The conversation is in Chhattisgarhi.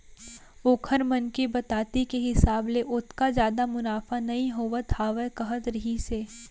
ओखर मन के बताती के हिसाब ले ओतका जादा मुनाफा नइ होवत हावय कहत रहिस हे